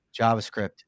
JavaScript